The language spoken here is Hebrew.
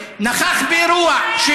נכח באירוע,